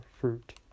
fruit